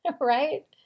right